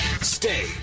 stay